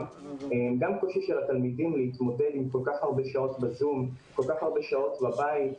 הזדמנות לתת כלים לטפח יוזמות גמישות